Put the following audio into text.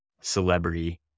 celebrity